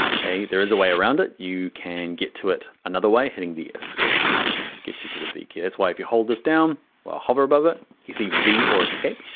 okay? there is a way around it, you can get to it another way. hitting the esc key gets you to the v key. that's why, if you hold this down or hover above it, you see v or esc.